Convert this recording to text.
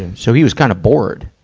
so he was kind of bored.